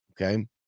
okay